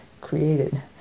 created